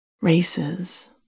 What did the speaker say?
Races